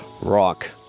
rock